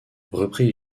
repris